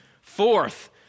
Fourth